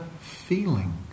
feeling